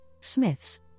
smiths